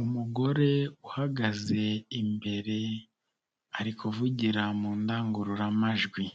Umugore uhagaze imbere ari kuvugira mu ndangururamajwi,